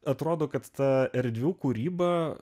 atrodo kad ta erdvių kūryba